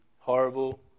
horrible